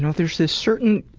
ah there's this certain